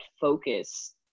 focus